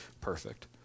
perfect